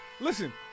Listen